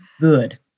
good